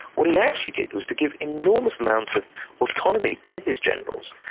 what he actually did was to give enormous amounts of autonomy to his generals.